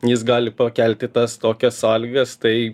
jis gali pakelti tas tokias sąlygas tai